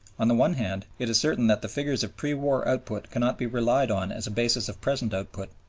on the one hand, it is certain that the figures of pre-war output cannot be relied on as a basis of present output.